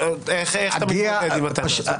איך אתה מתמודד עם הטענה הזאת?